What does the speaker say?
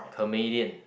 comedian